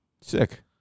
Sick